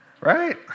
Right